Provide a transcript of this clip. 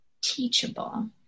teachable